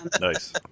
Nice